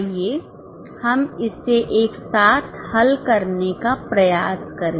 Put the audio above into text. आइए हम इसे एक साथ हल करने का प्रयास करें